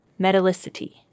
Metallicity